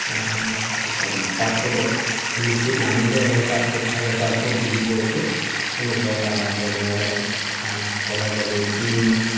পাতপুটত মিক্সিত নামাৰিলেও হয় পাতপুট থাকে পাতপুট বুলি কয় এইটো আমি বটা বনাব পাৰোঁ কলা দালি তিল